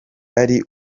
ari